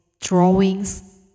drawings